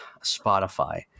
spotify